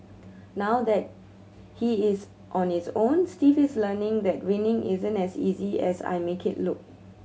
now that he is on his own Steve is learning that winning isn't as easy as I make it look